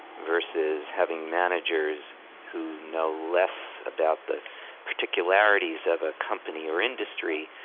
versus having managers who know less about the particularities of a company or industry,